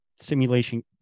simulation